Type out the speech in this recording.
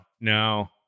No